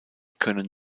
können